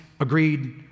agreed